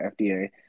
FDA